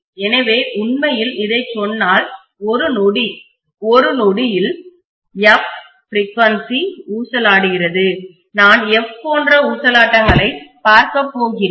எனவே உண்மையில் இதைச் சொன்னால் ஒரு நொடியில் f பிரிகுயன்சிஅதிர்வெண்ணில் ஊசலாடுகிறது நான் f போன்ற ஊசலாட்டங்களை பார்க்கப் போகிறேன்